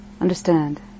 understand